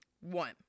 One